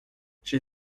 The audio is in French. j’ai